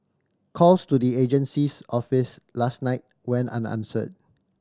calls to the agency's office last night went unanswered